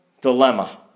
dilemma